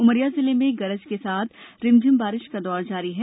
उमरिया जिले मे गरज के साथ रिमझिम बारिश का दौर जारी है